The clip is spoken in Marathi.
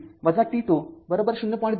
२ t t τ ०